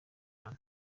mpano